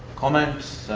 comments?